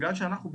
בגלל שאנחנו,